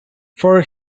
for